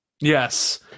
yes